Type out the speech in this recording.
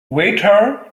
waiter